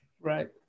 Right